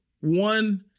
one